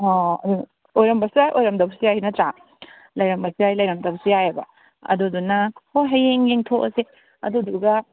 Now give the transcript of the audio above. ꯑꯣ ꯑꯣꯏꯔꯝꯕꯁꯨ ꯌꯥꯏ ꯑꯣꯏꯔꯝꯗꯕꯁꯨ ꯌꯥꯏ ꯅꯠꯇ꯭ꯔ ꯂꯩꯔꯝꯕꯁꯨ ꯌꯥꯏ ꯂꯩꯔꯝꯗꯕꯁꯨ ꯌꯥꯏꯑꯕ ꯑꯗꯨꯗꯨꯅ ꯍꯣꯏ ꯍꯌꯦꯡ ꯌꯦꯡꯊꯣꯛꯑꯁꯦ ꯑꯗꯨꯗꯨꯒ